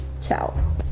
Ciao